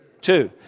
two